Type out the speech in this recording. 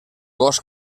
gos